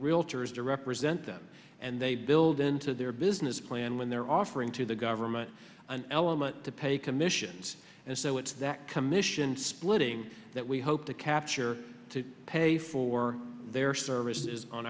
realtors to represent them and they build into their business plan when they're offering to the government an element to pay commissions and so it's that commission splitting that we hope to capture to pay for their services on